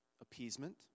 appeasement